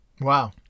Wow